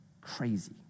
crazy